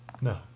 No